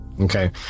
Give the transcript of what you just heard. Okay